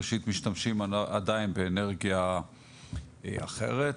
ראשית משתמשים עדיין באנרגיה אחרת,